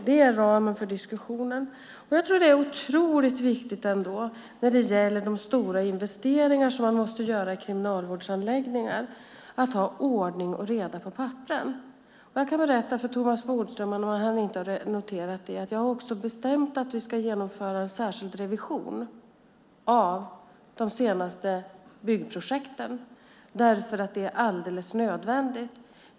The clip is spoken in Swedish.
Det är ramen för diskussionen. Det är otroligt viktigt när det gäller de stora investeringar som man måste göra i kriminalvårdsanläggningar att ha ordning och reda på papperen. Jag kan berätta för Thomas Bodström, om han inte har noterat det, att jag har bestämt att vi ska genomföra en särskild revision av de senaste byggprojekten. Det är alldeles nödvändigt.